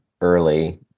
early